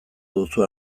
duzu